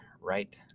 right